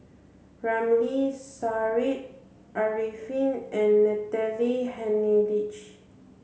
Ramli Sarip Arifin and Natalie Hennedige